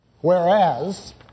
Whereas